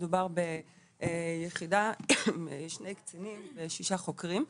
מדובר ביחידה עם שני קצינים ושישה חוקרים,